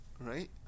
right